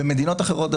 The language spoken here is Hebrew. במדינות אחרות בעולם,